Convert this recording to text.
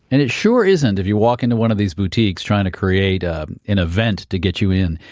and it sure isn't if you walk into one of these boutiques trying to create an event to get you in.